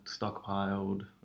stockpiled